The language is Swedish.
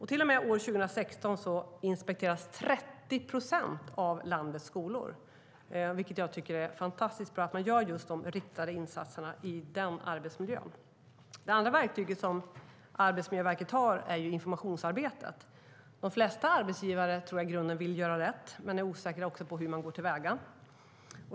Till och med 2016 inspekteras 30 procent av landets skolor. Jag tycker att det är fantastiskt bra att man gör de riktade insatserna i den arbetsmiljön. Det andra verktyget som Arbetsmiljöverket har är informationsarbetet. De flesta arbetsgivare tror jag i grunden vill göra rätt men är osäkra på hur man går till väga.